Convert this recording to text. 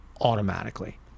automatically